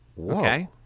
okay